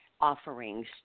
offerings